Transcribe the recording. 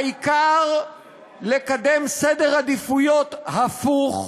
העיקר לקדם סדר עדיפויות הפוך,